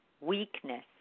weakness